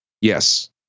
Yes